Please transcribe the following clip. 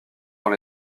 sans